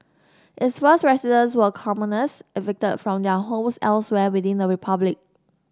its first residents were commoners evicted from their homes elsewhere within the republic